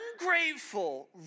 ungrateful